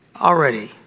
already